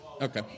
Okay